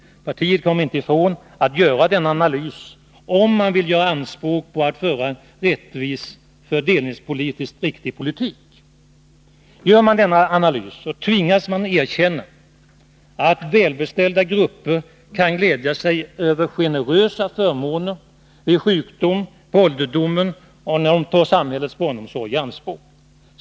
Partiet kommer inte ifrån att göra denna analys, om man vill göra anspråk på att föra en rättvis och fördelningspolitiskt riktig politik. Gör man denna analys tvingas man erkänna att välbeställda grupper kan glädja sig över generösa förmåner vid sjukdom, på ålderdomen och när de tar samhällets barnomsorg i anspråk.